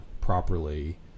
properly